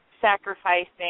sacrificing